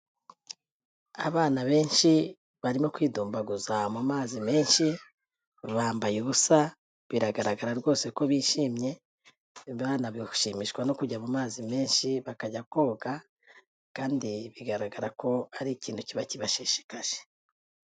Abana benshi barimo kwidumbaguza mu mazi menshi bambaye ubusa, biragaragara rwose ko bishimye. Abana bashimishwa no kujya mu mazi menshi bakajya koga kandi bigaragara ko ari ikintu kiba kibashishikaje.